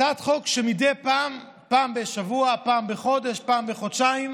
מדי פעם, פעם בשבוע, פעם בחודש, פעם בחודשיים,